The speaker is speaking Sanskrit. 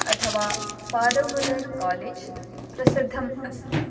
अथवा फ़ाद मुल्लर् कालेज् प्रसिद्धम् अस्ति